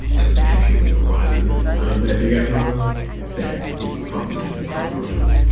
like, naturally arises out of that big-ass number that is probably just as controversial,